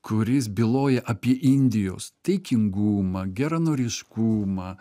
kuris byloja apie indijos taikingumą geranoriškumą